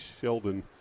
Sheldon